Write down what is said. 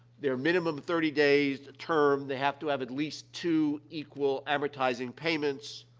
they're minimum thirty days term. they have to have at least two equal, amortizing payments,